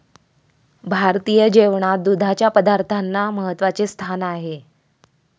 भारतीय जेवणात दुधाच्या पदार्थांना महत्त्वाचे स्थान आहे